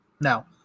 Now